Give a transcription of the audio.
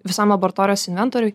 visam laboratorijos inventoriui